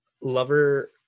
Lover